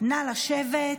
נא לשבת.